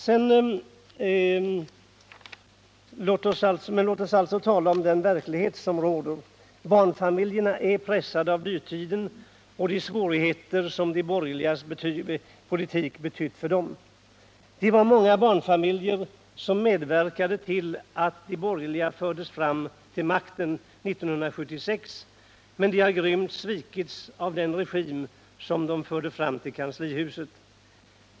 Men låt oss tala om den verklighet som råder i dag. Barnfamiljerna är pressade av dyrtiden och av de svårigheter som de borgerligas politik medfört för dem. Det var många barnfamiljer som medverkade till att de borgerliga fördes fram till makten år 1976, men de har grymt svikits av den regim som de förde fram till kanslihuset.